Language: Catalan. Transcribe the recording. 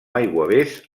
aiguavés